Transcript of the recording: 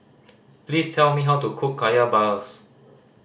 please tell me how to cook Kaya balls